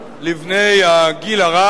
לבני הגיל הרך,